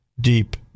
deep